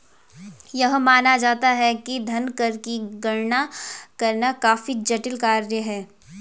यह माना जाता है कि धन कर की गणना करना काफी जटिल कार्य है